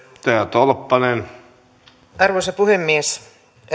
arvoisa puhemies